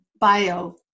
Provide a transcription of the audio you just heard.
bio